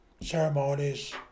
ceremonies